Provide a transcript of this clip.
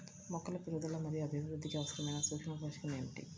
మొక్కల పెరుగుదల మరియు అభివృద్ధికి అవసరమైన సూక్ష్మ పోషకం ఏమిటి?